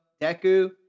Deku